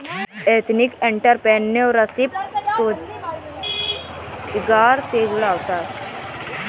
ethnic entrepreneurship स्वरोजगार से जुड़ा होता है